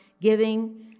giving